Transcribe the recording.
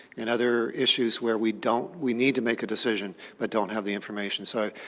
and other issues where we don't we need to make a decision, but don't have the information. so,